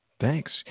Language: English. Thanks